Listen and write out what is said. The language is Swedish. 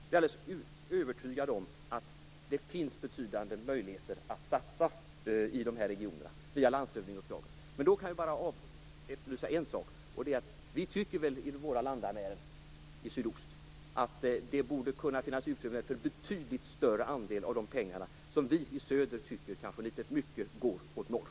Jag är helt övertygad om att det finns betydande möjligheter att göra satsningar ute i de olika regionerna via landshövdingeuppdrag. Men vi i våra landamären i sydost tycker nog att det borde kunna finnas utrymme för att ge oss en betydligt större andel av pengarna, som vi i söder tycker kanske litet väl mycket går åt norr.